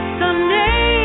someday